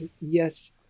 yes